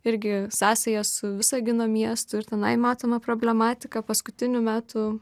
irgi sąsaja su visagino miestu ir tenai matoma problematika paskutinių metų